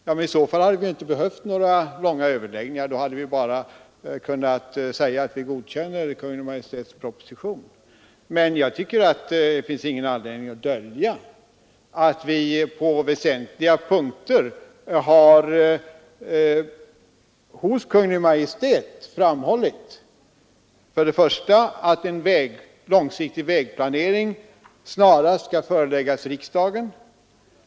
Ja, men i så fall hade vi inte behövt några långa överläggningar — då hade vi bara kunnat säga att vi godkänner Kungl. Maj:ts proposition. Jag tycker emellertid inte att det finns någon anledning att dölja att vi på väsentliga punkter har gjort påpekanden hos Kungl. Maj:t. För det första har vi uttalat att en långsiktig vägplanering snarast skall föreläggas riksdagen.